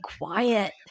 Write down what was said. quiet